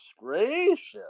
Gracious